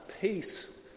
peace